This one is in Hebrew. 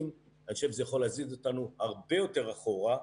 אני חושב שזה יכול להזיז אותנו הרבה יותר אחורה.